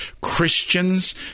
Christians